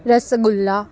rasgulla